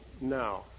now